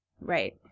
Right